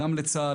לצה"ל,